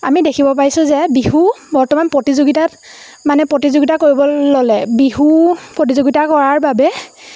আমি দেখিব পাৰিছোঁ যে বিহু বৰ্তমান প্ৰতিযোগিতাত মানে প্ৰতিযোগিতা কৰিব ল'লে বিহু প্ৰতিযোগিতা কৰাৰ বাবে